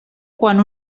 quan